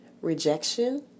rejection